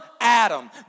Adam